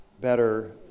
better